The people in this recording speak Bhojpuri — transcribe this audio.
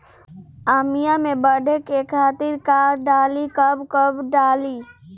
आमिया मैं बढ़े के खातिर का डाली कब कब डाली?